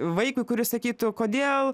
vaikui kuris sakytų kodėl